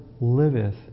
Liveth